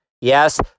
yes